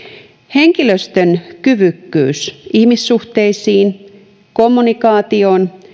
henkilöstön kyvykkyys ihmissuhteisiin kommunikaatioon